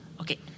Okay